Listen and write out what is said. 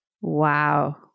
Wow